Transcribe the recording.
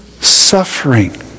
suffering